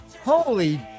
holy